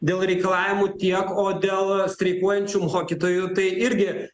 dėl reikalavimų tiek o dėl streikuojančių mokytojų tai irgi